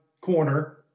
corner